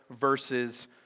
verses